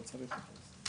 לא צריך אותו.